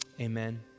amen